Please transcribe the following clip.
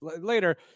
later